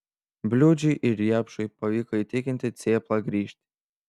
bliūdžiui ir riepšui pavyko įtikinti cėplą grįžti